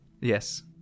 Yes